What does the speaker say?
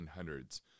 1800s